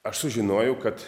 aš sužinojau kad